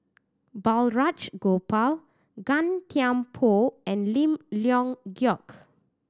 Balraj Gopal Gan Thiam Poh and Lim Leong Geok